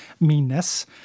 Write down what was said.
meanness